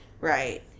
Right